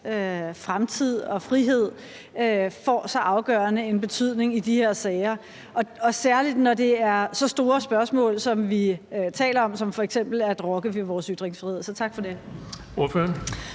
fremtid og frihed, får så afgørende en betydning i de her sager, særlig når det er så store spørgsmål, vi taler om, som f.eks. at rokke ved vores ytringsfrihed. Så tak for det.